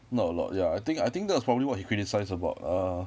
not a lot ya I think I think that was probably what he criticized about err